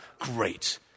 great